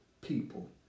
people